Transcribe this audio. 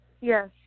Yes